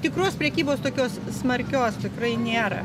tikros prekybos tokios smarkios tikrai nėra